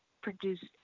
produced